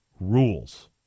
rules